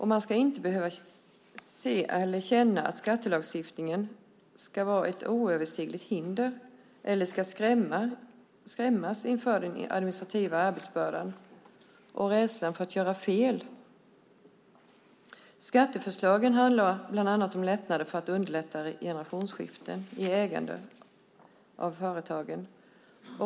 Man ska inte behöva känna att skattelagstiftningen är ett oöverstigligt hinder eller skrämmas av den administrativa arbetsbördan och rädslan för att göra fel. Skatteförslagen handlar bland annat om att underlätta generationsskifte i ägande av företag.